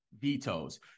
vetoes